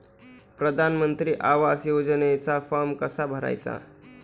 प्रधानमंत्री आवास योजनेचा फॉर्म कसा भरायचा?